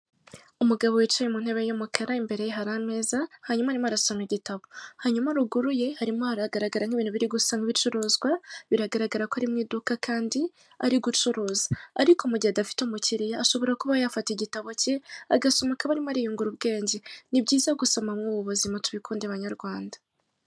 Umugabo wicaye mu intebe y'umukara imbere ye hari ameza hanyuma arimo arasoma igitamo hanyuma ruguru ye harimo haragaragara nk'ibintu birigusa nk'ibicuruzwa biragaragara ko ari mu iduka kandi arigucuruza ariko mugihe adafite umukiriya ashobora kuba yafata igitabo cye agasoma akaba arimo kwiyungura ubwenge nibyiza gusoma mri ubu buzima tubikunde banyarwanda.